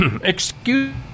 excuse